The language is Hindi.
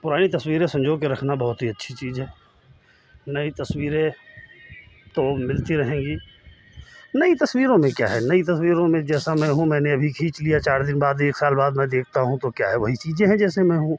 पुरानी तस्वीरें संजो के रखना बहुत ही अच्छी चीज़ है नई तस्वीरें तो मिलती रहेंगी नई तस्वीरों में क्या है नई तस्वीरों में जैसा मैं हूँ मैंने अभी खींच लिया चार दिन बाद एक साल बाद मैं देखता हूँ तो क्या है वही चीज़ें हैं जैसे मैं हूँ